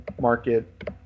market